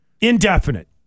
indefinite